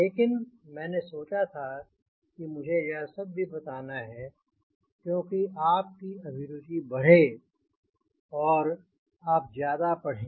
लेकिन मैंने सोचा था कि मुझे यह सब भी बताना है ताकि आप की अभिरुचि बढ़े और आप ज्यादा पढ़ें